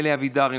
אלי אבידר,